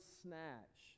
snatch